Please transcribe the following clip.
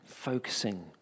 Focusing